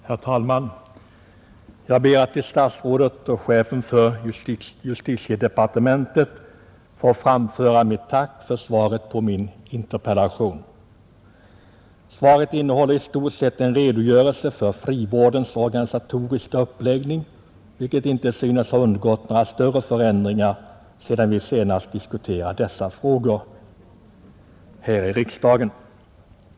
Herr talman! Jag ber att till herr justitieministern få framföra mitt tack för svaret på min interpellation. Svaret innehåller i stort sett en redogörelse för frivårdens organisatoriska uppläggning, vilken inte synes ha undergått några större förändringar sedan vi senast diskuterade dessa frågor här i riksdagen.